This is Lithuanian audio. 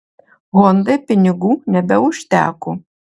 hondai pinigų nebeužteko